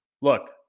Look